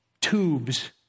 tubes